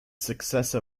successor